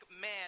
man